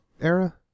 era